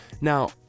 Now